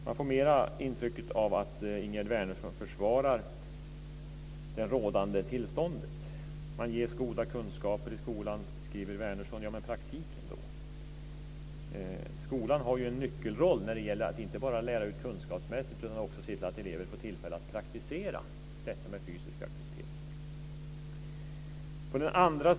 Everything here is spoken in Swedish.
Jag får mera intycket att Ingegerd Wärnersson försvarar det rådande tillståndet. Man ges goda kunskaper i skolan, skriver Wärnersson. Ja, men hur är det med praktiken då? Skolan har ju en nyckelroll när det gäller att inte bara lära ut kunskapsmässigt utan också se till att elever får tillfälle att praktisera fysisk aktivitet.